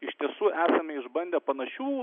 iš tiesų esame išbandę panašių